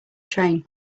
train